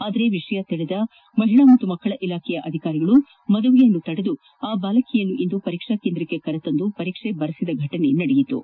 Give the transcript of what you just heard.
ಆದರೆ ವಿಷಯ ತಿಳಿದ ಮಹಿಳಾ ಮತ್ತು ಮಕ್ಕಳ ಇಲಾಖೆಯ ಅಧಿಕಾರಿಗಳು ಮದುವೆಯನ್ನು ತಡೆದು ಆ ಬಾಲಕಿಯನ್ನು ಇಂದು ಪರೀಕ್ಷಾ ಕೇಂದ್ರಕ್ಷೆ ಕರೆ ತಂದು ಪರೀಕ್ಷೆ ಬರೆಸಿದ ಫಟನೆ ನಡೆಯಿತು